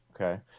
Okay